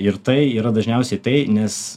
ir tai yra dažniausiai tai nes